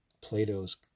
Plato's